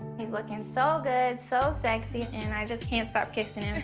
he's looking so good, so sexy, and i just can't stop kissing him.